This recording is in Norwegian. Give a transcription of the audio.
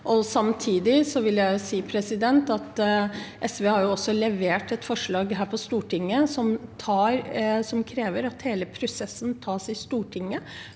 Samtidig vil jeg si at SV også har levert et forslag her på Stortinget som krever at hele prosessen tas i Stortinget,